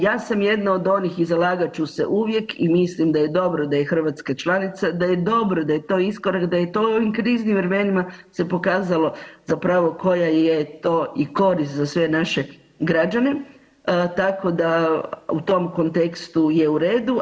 Ja sam jedna od onih i zalagat ću se uvijek i mislim da je dobro da je Hrvatska članica, da je dobro da je to iskorak, da je to u ovim kriznim vremenima se pokazalo zapravo koja je to i korist za sve naše građane, tako da u tom kontekstu je u redu.